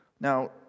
Now